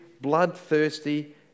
bloodthirsty